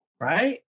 Right